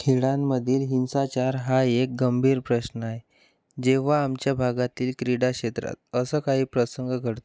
खेळांमधील मधील हिंसाचार हा एक गंभीर प्रश्न आहे जेव्हा आमच्या भागातील क्रीडा क्षेत्रात असं काही प्रसंग घडतो